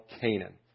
Canaan